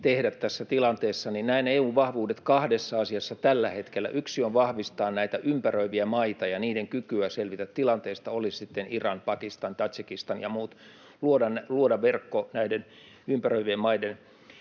tehdä tässä tilanteessa. Näen EU:n vahvuudet kahdessa asiassa tällä hetkellä: Yksi on vahvistaa näitä ympäröiviä maita ja niiden kykyä selvitä tilanteesta, oli se sitten Iran, Pakistan, Tadžikistan ja muut, luoda verkko näiden ympäröivien maiden